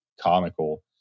comical